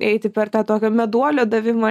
eiti per tą tokio meduolio davimą